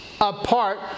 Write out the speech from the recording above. apart